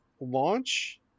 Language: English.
Launch